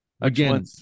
Again